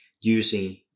using